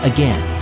Again